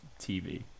tv